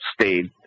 stayed